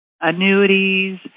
annuities